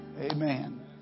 Amen